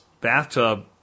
bathtub